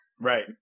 Right